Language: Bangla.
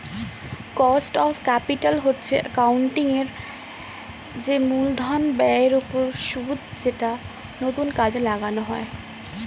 কস্ট অফ ক্যাপিটাল হচ্ছে অ্যাকাউন্টিং এর যে মূলধন ব্যয়ের ওপর সুদ যেটা নতুন কাজে লাগানো হয়